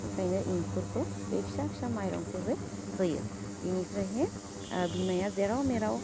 बेखायनो इंखुरखो बै फिसा फिसा माइरंखोहै होयो बिनिफ्रायहै ओह बिमाया जेराव मेराव